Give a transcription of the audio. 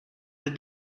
had